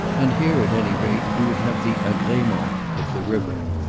and here at any rate he would have the agrement of the river.